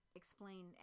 explain